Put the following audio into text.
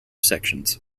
sections